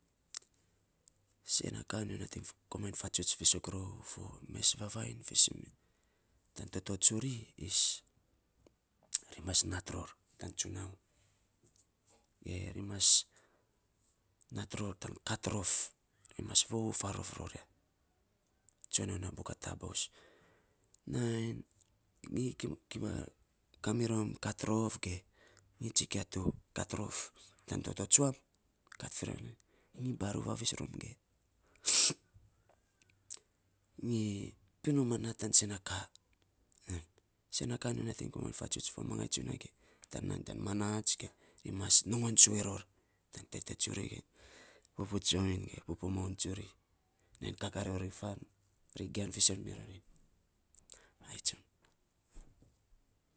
Sen na ka, nyo nating komainy fatsuts fiisok rou fo mes vaviny fiisen mee tan toto tsuri ri mas nat ror tan tsunaun ge ri mas nat ror tan kat rof ri mas vovou faarof ror ya, tsue non na buk a taabos, nainy mi kima kima kamirom kat rof, ge tsikia tu kat rof tan toto tsiau nyi baruu vavis rom ge. Nyi nat tan sen na ka. Sen na ka nyo komainy fatsuts fo mangai tsunia ge, tan nainy tan manaats ge ri mas mongon tsue ror, ten tete tsuri ge pupu moun ge pupu tsoiny ge pupu moun tsuri nai kakaa rori fan ri gian fiisen miror ya, ai tsun.